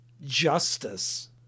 justice